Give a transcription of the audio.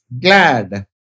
glad